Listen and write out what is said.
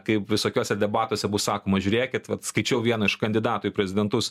kaip visokiuose debatuose bus sakoma žiūrėkit vat skaičiau vieną iš kandidatų į prezidentus